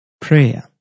Prayer